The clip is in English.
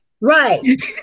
Right